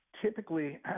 Typically